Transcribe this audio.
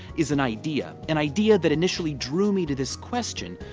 is an idea. an idea that initially drew me to this question.